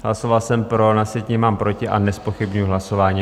Hlasoval jsem pro, na sjetině mám proti, a nezpochybňuji hlasování.